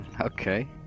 Okay